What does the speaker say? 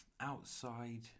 outside